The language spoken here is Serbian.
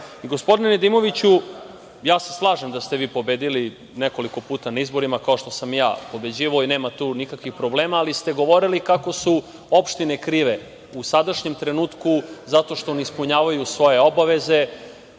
dinara. Gospodine Nedimoviću, slažem se da ste pobedili nekoliko puta na izborima kao što sam i ja pobeđivao i nema tu nikakvih problema, ali ste govorili kako su opštine krive u sadašnjem trenutku zato što ne ispunjavaju svoje obaveze,